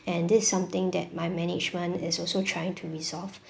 and this is something that my management is also trying to resolve